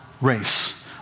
race